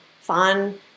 fun